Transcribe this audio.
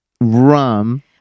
rum